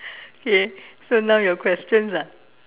okay so now your questions ah